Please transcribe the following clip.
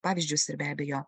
pavyzdžius ir be abejo